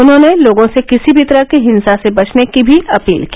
उन्होंने लोगों से किसी भी तरह की हिंसा से बचने की भी अपील की